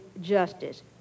justice